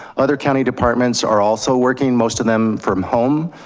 other county departments are also working, most of them from home.